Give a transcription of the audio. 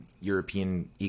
European